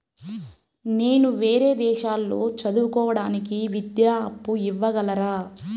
నేను వేరే దేశాల్లో చదువు కోవడానికి విద్యా అప్పు ఇవ్వగలరా?